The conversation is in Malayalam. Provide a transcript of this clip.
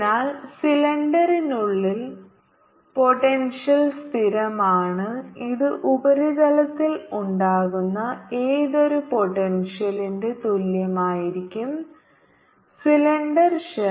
അതിനാൽ സിലിണ്ടറിനുള്ളിൽ പോട്ടെൻഷ്യൽ സ്ഥിരമാണ് ഇത് ഉപരിതലത്തിൽ ഉണ്ടാകുന്ന ഏതൊരു പോട്ടെൻഷ്യൽ ന്റെ തുല്യമായിരിക്കും സിലിണ്ടർ ഷെൽ